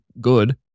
good